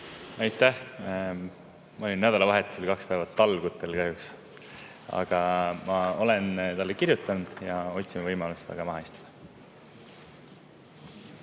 Aitäh! Ma olin nädalavahetusel kaks päeva talgutel kahjuks. Aga ma olen talle kirjutanud ja otsin võimalust temaga maha istuda.